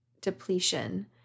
depletion